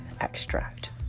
extract